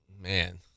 man